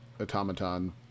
automaton